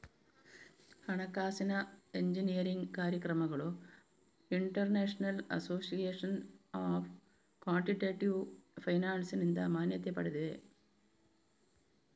ಹಣಕಾಸಿನ ಎಂಜಿನಿಯರಿಂಗ್ ಕಾರ್ಯಕ್ರಮಗಳು international association of quantitative ಫೈನಾನ್ಸಿನಿಂದ ಮಾನ್ಯತೆ ಪಡೆದಿವೆ